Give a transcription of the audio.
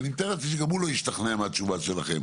ואני מתאר לעצמי שגם הוא לא השתכנע מהתשובה שלכם,